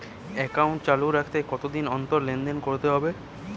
Account চালু রাখতে কতদিন অন্তর লেনদেন করতে হবে?